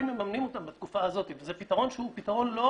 מממנים אותם בתקופה הזאת וזה פתרון שהוא פתרון לא